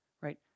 right